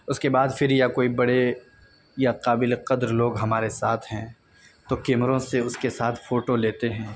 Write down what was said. اس کے بعد پھر یا کوئی بڑے یا قابل قدر لوگ ہمارے ساتھ ہیں تو کیمروں سے اس کے ساتھ فوٹو لیتے ہیں